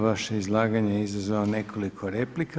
Vaše izlaganje je izazvalo nekoliko replika.